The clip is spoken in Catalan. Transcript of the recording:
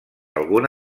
algun